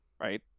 Right